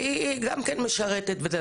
והיא גם כן משרתת וזה.